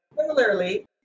Similarly